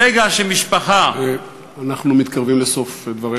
ברגע שמשפחה, אנחנו מתקרבים לסוף דבריך.